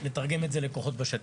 תורגמה לכוחות בשטח.